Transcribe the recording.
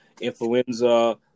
influenza